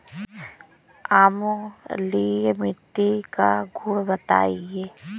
अम्लीय मिट्टी का गुण बताइये